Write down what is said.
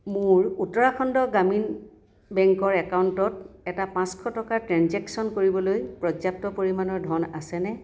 মোৰ উত্তৰাখণ্ড গ্ৰামীণ বেংকৰ একাউণ্টত এটা পাঁচশ টকাৰ ট্ৰেঞ্জেকশ্যন কৰিবলৈ পৰ্যাপ্ত পৰিমাণৰ ধন আছেনে